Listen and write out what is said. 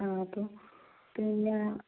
ആ ഓക്കേ പിന്നെ